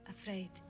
Afraid